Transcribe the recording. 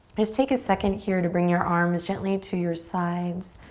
just take a second here to bring your arms gently to your sides,